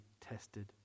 tested